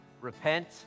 Repent